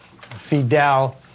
Fidel